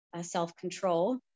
self-control